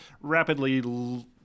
rapidly